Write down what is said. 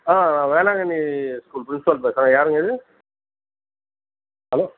ஆ நான் Velankanni school principal பேசுகிறேன் யாருங்க இது ஹலோ